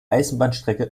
eisenbahnstrecke